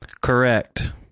Correct